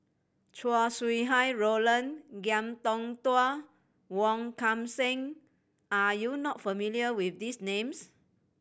Chow Sau Hai Roland Ngiam Tong Dow Wong Kan Seng are you not familiar with these names